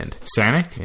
Sonic